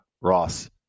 Ross